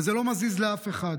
וזה לא מזיז לאף אחד.